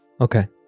Okay